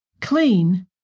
clean